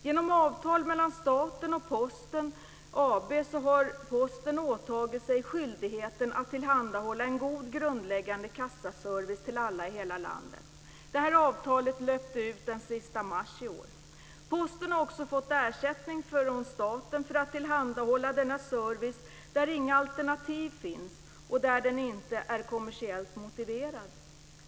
Genom avtal mellan staten och Posten AB har Posten åtagit sig skyldigheten att tillhandahålla en god grundläggande kassaservice till alla i hela landet. Det här avtalet löpte ut den sista mars i år. Posten har också fått ersättning från staten för att tillhandahålla denna service där inga alternativ finns och där den inte är kommersiellt motiverad.